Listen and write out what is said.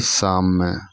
शाममे